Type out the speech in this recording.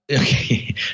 Okay